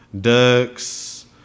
Ducks